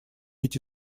эти